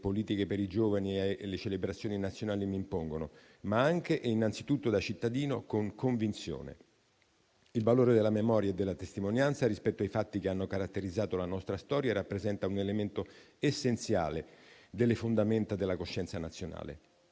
politiche per i giovani e le celebrazioni nazionali mi impongono, ma anche e innanzitutto da cittadino, con convinzione. Il valore della memoria e della testimonianza rispetto ai fatti che hanno caratterizzato la nostra storia rappresenta un elemento essenziale delle fondamenta della coscienza nazionale.